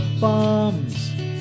bombs